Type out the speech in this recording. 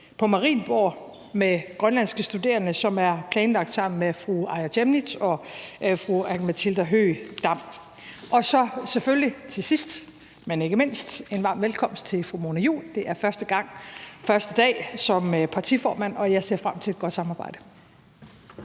på Marienborg med grønlandske studerende, som er planlagt sammen med fru Aaja Chemnitz og fru Aki-Matilda Høegh-Dam. Og så selvfølgelig til sidst, men ikke mindst, en varm velkomst til fru Mona Juul. Det er hendes første dag som partiformand, og jeg ser frem til et godt samarbejde.